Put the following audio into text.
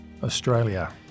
Australia